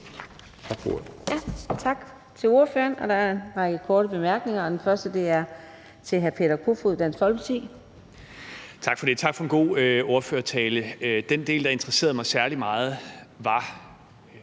Tak for det, og tak for en god ordførertale. Den del, der interesserede mig særlig meget, var